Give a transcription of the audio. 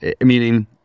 meaning